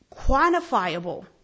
quantifiable